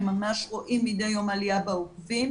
הם ממש רואים מדי יום עלייה בעוקבים.